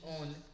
on